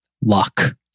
luck